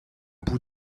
bout